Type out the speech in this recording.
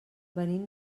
venim